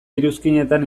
iruzkinetan